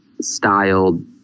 styled